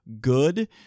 good